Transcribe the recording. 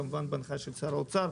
כמובן בהנחיה של שר האוצר.